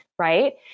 Right